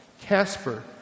Casper